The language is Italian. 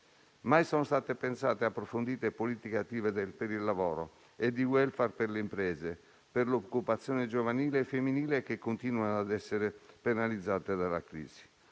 Mai sono state pensate e approfondite politiche attive per il lavoro e di *welfare* per le imprese e per l'occupazione giovanile e femminile, che continuano a essere penalizzate dalla crisi.